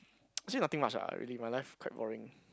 actually nothing much lah really my life quite boring